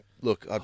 look